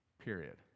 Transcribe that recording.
Period